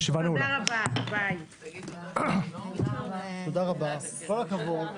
הישיבה ננעלה בשעה 11:46.